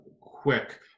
quick